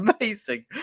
amazing